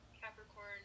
Capricorn